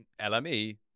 lme